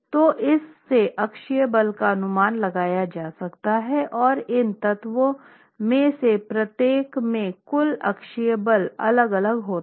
तो इस से अक्षीय बल का अनुमान लगाया जा सकता है और इन तत्वों में से प्रत्येक में कुल अक्षीय बल अलग अलग होता है